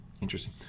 Interesting